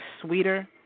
sweeter